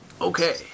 Okay